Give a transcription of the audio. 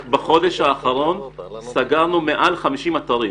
רק בחודש האחרון סגרנו מעל 50 אתרים.